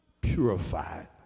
purified